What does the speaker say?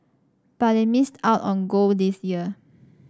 but it missed out on gold this year